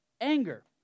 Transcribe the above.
anger